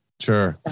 Sure